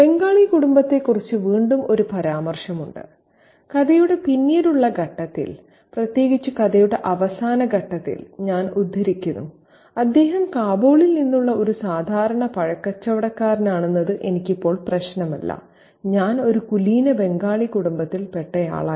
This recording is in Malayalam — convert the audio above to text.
ബംഗാളി കുടുംബത്തെക്കുറിച്ച് വീണ്ടും ഒരു പരാമർശമുണ്ട് കഥയുടെ പിന്നീടുള്ള ഘട്ടത്തിൽ പ്രത്യേകിച്ച് കഥയുടെ അവസാന ഘട്ടത്തിൽ ഞാൻ ഉദ്ധരിക്കുന്നുഅദ്ദേഹം കാബൂളിൽ നിന്നുള്ള ഒരു സാധാരണ പഴക്കച്ചവടക്കാരനാണെന്നത് എനിക്കിപ്പോൾ പ്രശ്നമല്ല ഞാൻ ഒരു കുലീന ബംഗാളി കുടുംബത്തിൽ പെട്ടയാളായിരുന്നു